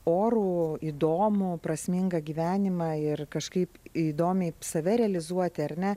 orų įdomų prasmingą gyvenimą ir kažkaip įdomiai save realizuoti ar ne